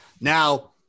Now